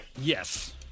Yes